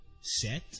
set